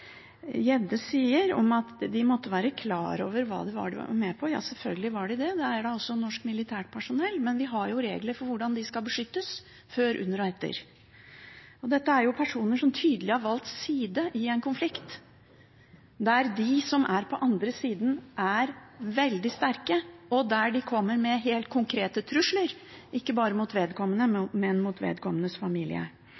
Tybring-Gjedde sier, at de måtte være klar over hva det var de var med på. Ja, selvfølgelig var de det. Det er da også norsk militært personell, men vi har regler for hvordan de skal beskyttes før, under og etter. Dette er personer som tydelig har valgt side i en konflikt der de som er på den andre siden, er veldig sterke og kommer med helt konkrete trusler – ikke bare mot vedkommende, men mot vedkommendes familie.